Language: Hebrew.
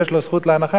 יש לו זכות להנחה,